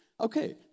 Okay